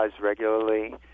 regularly